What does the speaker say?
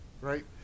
Right